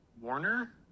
warner